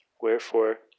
Wherefore